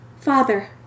Father